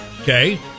Okay